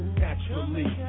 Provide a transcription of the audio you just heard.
naturally